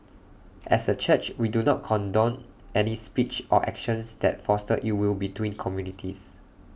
as A church we do not condone any speech or actions that foster ill will between communities